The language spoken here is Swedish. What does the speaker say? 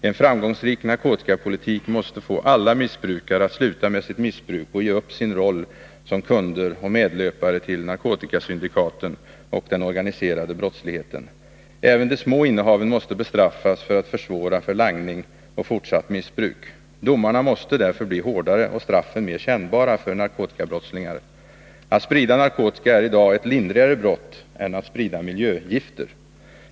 En framgångsrik narkotikapolitik måste få alla missbrukare att sluta med sitt missbruk och ge upp sin roll som kunder och medlöpare till narkotikasyndikaten och den organiserade brottsligheten. Även de små innehaven måste man bestraffa, för att försvåra för langning och fortsatt missbruk. Domarna måste bli hårdare och straffen mer kännbara för narkotikabrottslingar. Att sprida narkotika är i dag ett lindrigare brott än att sprida miljögifter.